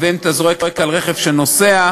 אם אתה זורק על רכב שנוסע,